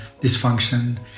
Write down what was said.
dysfunction